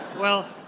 well,